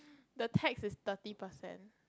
the tax is thirty percent